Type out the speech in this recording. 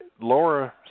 Laura